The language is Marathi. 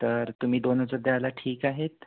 तर तुम्ही दोन हजार द्यायला ठीक आहेत